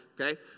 Okay